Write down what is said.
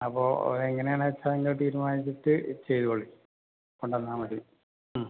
അപ്പോൾ എങ്ങനെയാണ് വെച്ചാൽ നിങ്ങൾ തീരുമാനിച്ചിട്ട് ചെയ്തോളിൻ കൊണ്ടുവന്നാൽ മതി ഉം